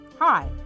Hi